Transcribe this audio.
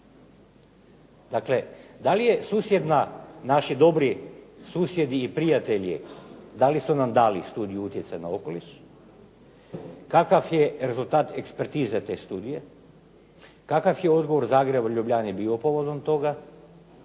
Dakle, da li je susjedna, naši dobri susjedi i prijatelji, da li su nam dali studiju utjecaja na okoliš? Kakav je rezultat ekspertize te studije? Kakav je odgovor Zagreb u Ljubljani bio povodom toga?